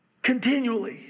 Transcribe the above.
continually